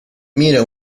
mira